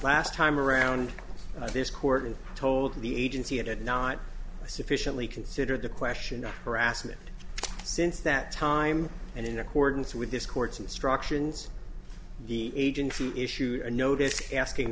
last time around this court and told the agency it had not sufficiently considered the question of harassment since that time and in accordance with this court's instructions the agency issued a notice asking